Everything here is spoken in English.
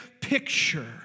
picture